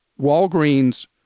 Walgreens